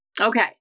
Okay